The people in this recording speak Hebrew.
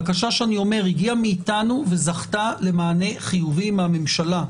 בקשה שהגיעה מאתנו וזכתה למענה חיובי מהממשלה.